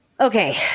Okay